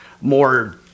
more